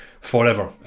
forever